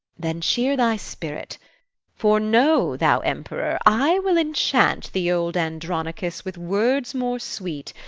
then cheer thy spirit for know thou, emperor, i will enchant the old andronicus with words more sweet,